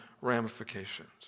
ramifications